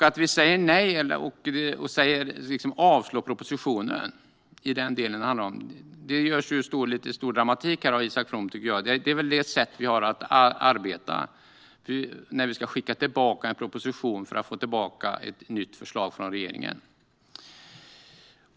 Att vi säger nej och vill avslå propositionen i denna del - vilket Isak From skapar dramatik kring - beror på att det är det sätt vi har att arbeta på när vi ska skicka tillbaka en proposition för att få tillbaka ett nytt förslag från regeringen.